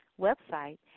website